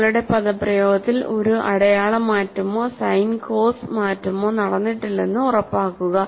നിങ്ങളുടെ പദപ്രയോഗത്തിൽ ഒരു അടയാള മാറ്റമോ സൈൻ കോസ് മാറ്റമോ നടന്നിട്ടില്ലെന്ന് ഉറപ്പാക്കുക